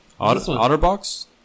Otterbox